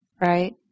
right